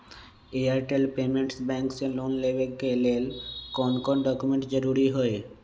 Airtel payments bank से loan लेवे के ले कौन कौन डॉक्यूमेंट जरुरी होइ?